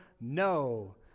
No